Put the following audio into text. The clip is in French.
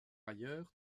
ailleurs